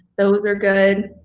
those are good.